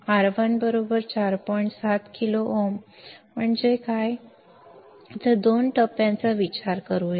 7k म्हणजे काय चला टप्पा दोनचा विचार करूया